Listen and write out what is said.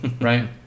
Right